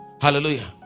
hallelujah